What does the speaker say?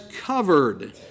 covered